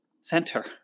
center